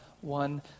one